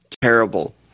terrible